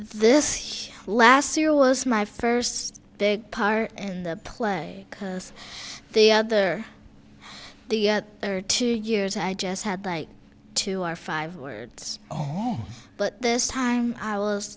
this last year was my first big part in the play because the other the other two years i just had like two or five words but this time i was